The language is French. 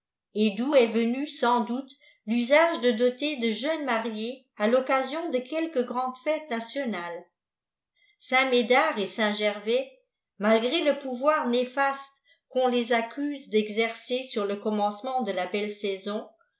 et d où est venu sans doute tustige de doter de jeunes mariées à l'oecasion de quelques gnoides fêtes nitpnales saint médard et saint gervais malgré le pouvoir néeasie qu'on les accuse d'exerper sur le commencement de la beue saison